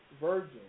virgin